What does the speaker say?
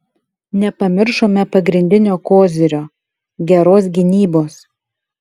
nepamiršome pagrindinio kozirio geros gynybos